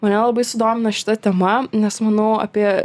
mane labai sudomino šita tema nes manau apie